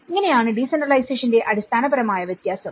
ഇങ്ങനെയാണ് ഡീസെൻട്രലൈസേഷന്റെ അടിസ്ഥാനപരമായ വ്യത്യാസം